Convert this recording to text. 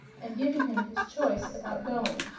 and given him his choice about going.